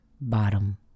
bottom